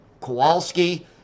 Kowalski